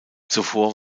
zuvor